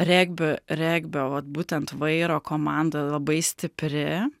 regbio regbio vat būtent vairo komanda labai stipri